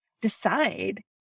Decide